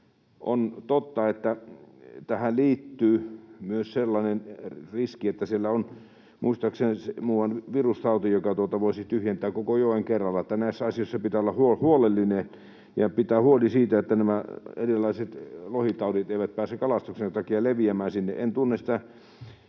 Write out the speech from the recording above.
On totta, että tähän liittyy myös sellainen riski, että siellä on muistaakseni muuan virustauti, joka voisi tyhjentää koko joen kerralla. Näissä asioissa pitää olla huolellinen ja pitää huoli siitä, että nämä erilaiset lohitaudit eivät pääse kalastuksen takia leviämään sinne. En tunne sen